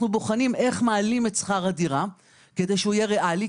אנחנו בוחנים איך מעלים את שכר הדירה כדי שיהיה ריאלי,